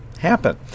happen